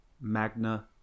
Magna